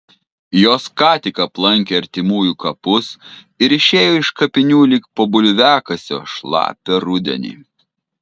jos ką tik aplankė artimųjų kapus ir išėjo iš kapinių lyg po bulviakasio šlapią rudenį